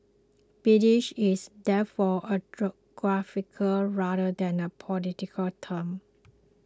British is therefore a geographical rather than a political term